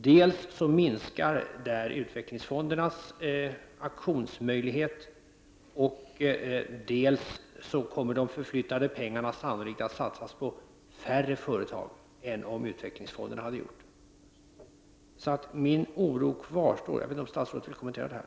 Dels minskar därigenom utvecklingsfondernas möjligheter, dels kommer de förflyttade pengarna sannolikt att satsas på färre företag än om utvecklingsfonderna hade skött satsningen. Min oro kvarstår alltså. Jag undrar om statsrådet vill kommentera detta.